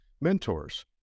mentors